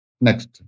Next